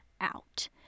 out